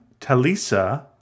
Talisa